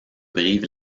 brive